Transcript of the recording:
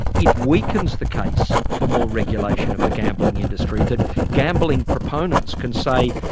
it weakens the case for more regulation of the gambling industry that gambling proponents can say,